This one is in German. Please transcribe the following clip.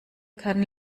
kann